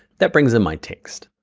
that brings in my text,